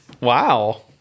Wow